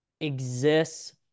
exists